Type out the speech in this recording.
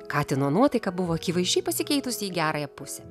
katino nuotaika buvo akivaizdžiai pasikeitusi į gerąją pusę